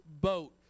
boat